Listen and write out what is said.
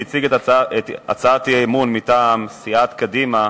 שהציג את הצעת האי-אמון מטעם סיעת קדימה,